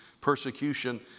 persecution